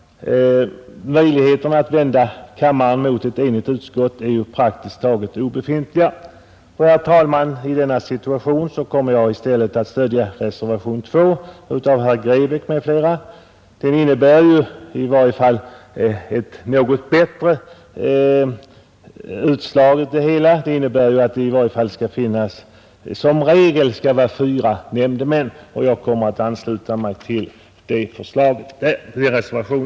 Möjligheten att vända kammaren mot ett enigt utskott är ju praktiskt taget obefintlig. I denna situation, herr talman, kommer jag att i stället stödja reservationen 2 av herr Grebäck m.fl. Det förslaget ger ju i varje fall ett något bättre utslag, då det innebär att det som regel skall finnas fyra nämndemän.